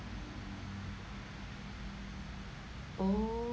oh